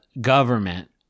government